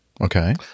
Okay